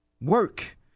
Work